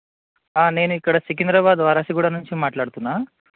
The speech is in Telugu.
నేనిక్కడ సికింద్రాబాద్ వారాసిగూడ నుంచి మాట్లాడుతున్నా